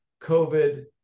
COVID